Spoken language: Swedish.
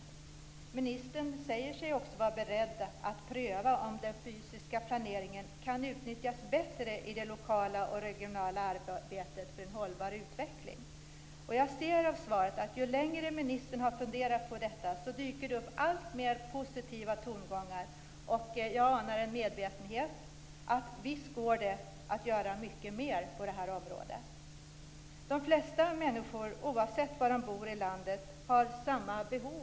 Ministern säger sig också vara beredd att pröva om den fysiska planeringen kan utnyttjas bättre i det lokala och regionala arbetet för en hållbar utveckling. Jag ser av svaret att ju längre ministern har funderat på detta, desto mer positiva tongångar dyker det upp. Jag anar en medvetenhet om att visst går det att göra mycket mer på det här området. De flesta människor har egentligen samma behov oavsett var de bor i landet.